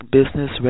Business